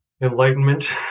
enlightenment